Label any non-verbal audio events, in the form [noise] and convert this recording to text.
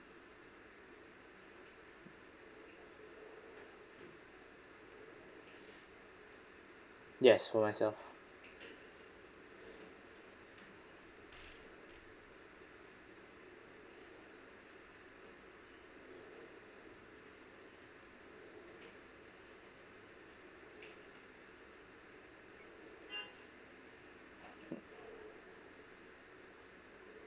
yes for myself [noise]